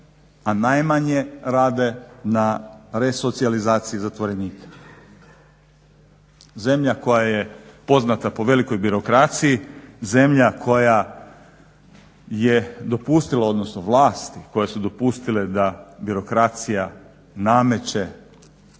a najmanje rade na resocijalizaciji zatvorenika. Zemlja koja je poznata po velikoj birokraciji, zemlja koja je dopustila odnosno vlasti koje su dopustile da briokracija nameće